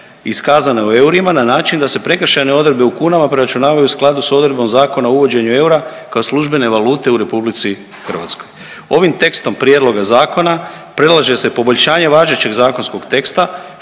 iskazane u eurima na način da se prekršajne odredbe u kunama preračunavaju u skladu s odredbom Zakona o uvođenju eura kao službene valute u RH. Ovim tekstom Prijedloga zakona predlaže se poboljšanje važećeg zakonskog teksta,